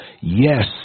yes